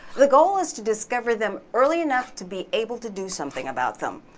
the goal is to discover them early enough to be able to do something about them.